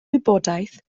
wybodaeth